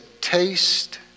taste